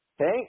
Okay